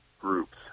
groups